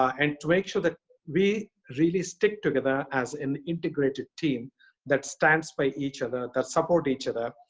and to make sure that we really stick together as an integrated team that stands for each other, that support each other.